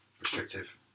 restrictive